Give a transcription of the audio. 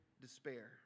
despair